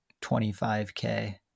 25k